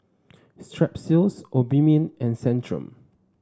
Strepsils Obimin and Centrum